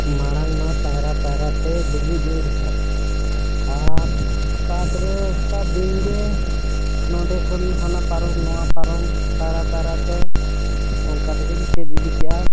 ᱢᱟᱲᱟᱝ ᱢᱟ ᱯᱟᱭᱨᱟ ᱯᱟᱭᱨᱟᱛᱮ ᱰᱩᱵᱩᱡᱚᱜᱼᱟᱹᱧ ᱛᱟᱦᱮᱸᱜ ᱟᱨ ᱯᱟᱛ ᱨᱮ ᱚᱱᱠᱟ ᱫᱤᱱᱜᱮ ᱱᱚᱸᱰᱮ ᱠᱷᱚᱱ ᱦᱟᱱᱟ ᱯᱟᱨᱚᱢ ᱱᱚᱣᱟ ᱯᱟᱨᱚᱢ ᱯᱟᱭᱨᱟ ᱯᱟᱭᱨᱟᱛᱮ ᱚᱱᱠᱟ ᱛᱮᱜᱮᱧ ᱪᱮᱫ ᱤᱫᱤ ᱠᱮᱜᱼᱟ